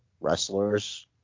wrestlers